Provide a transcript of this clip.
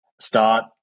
start